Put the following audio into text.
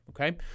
Okay